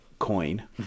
coin